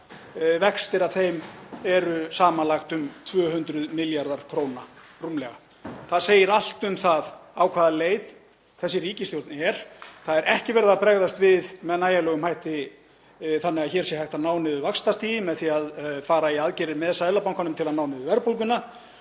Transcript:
vextir af þeim eru samanlagt rúmlega 200 milljarðar kr. Það segir allt um það á hvaða leið þessi ríkisstjórn er. Það er ekki verið að bregðast við með nægjanlegum hætti þannig að hér sé hægt að ná niður vaxtastigi með því að fara í aðgerðir með Seðlabankanum til að ná niður verðbólgunni.